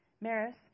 Maris